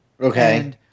Okay